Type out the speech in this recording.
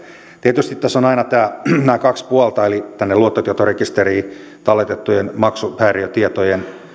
tietysti tässä on aina nämä kaksi puolta eli tänne luottotietorekisteriin tallennettujen maksuhäiriötietojen